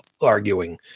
arguing